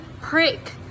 prick